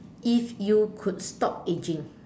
if you could stop aging